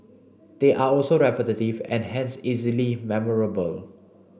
they are also repetitive and hence easily memorable